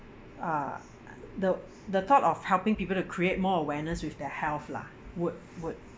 uh the the thought of helping people to create more awareness with their health lah would would